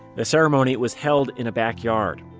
the ceremony was held in a backyard.